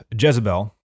Jezebel